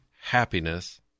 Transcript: happiness